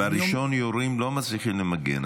בראשון יורים, לא מצליחים למגן.